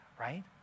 right